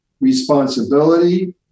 responsibility